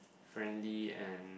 friendly and